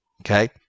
okay